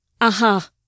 Aha